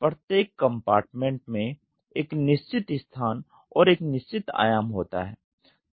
प्रत्येक कम्पार्टमेंट में एक निश्चित स्थान और एक निश्चित आयाम होता है